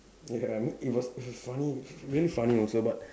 ya I mean it was it was funny really funny also but